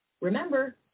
Remember